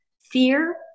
Fear